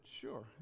sure